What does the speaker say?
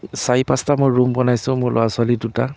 চাৰি পাঁচটা মই ৰুম বনাইছোঁ মোৰ ল'ৰা ছোৱালী দুটা